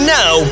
now